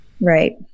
Right